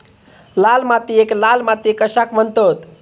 लाल मातीयेक लाल माती कशाक म्हणतत?